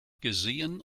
gesehen